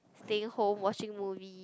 staying home watching movie